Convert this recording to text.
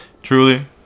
Truly